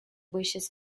wishes